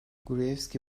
gruevski